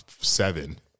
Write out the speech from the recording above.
seven